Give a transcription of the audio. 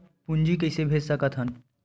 पूंजी कइसे भेज सकत हन?